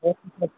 okay sir